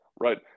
right